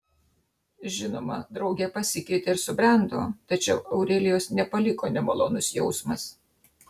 žinoma draugė pasikeitė ir subrendo tačiau aurelijos nepaliko nemalonus jausmas